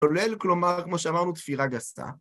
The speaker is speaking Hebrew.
כולל, כלומר, כמו שאמרנו, תפירה גסה.